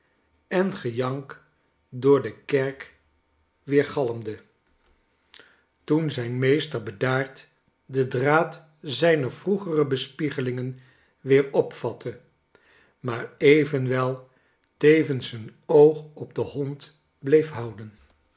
en gejank door de kerk weergalm tafereelen uit italie den toen zijn meester bedaard den draad zijner vroegere bespiegelingen weer opvatte maar evenwel tevens een oog op den hond bleef houden